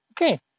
okay